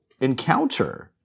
encounter